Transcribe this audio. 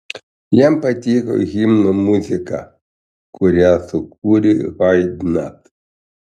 jam patiko himno muzika kurią sukūrė haidnas